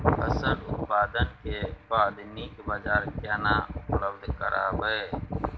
फसल उत्पादन के बाद नीक बाजार केना उपलब्ध कराबै?